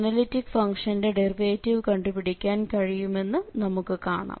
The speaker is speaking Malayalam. അനലിറ്റിക് ഫങ്ഷന്റെ ഡെറിവേറ്റിവ് കണ്ടുപിടിക്കാൻ കഴിയുമെന്ന് നമുക്ക് കാണാം